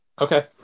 Okay